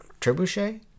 trebuchet